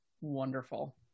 wonderful